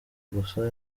gusa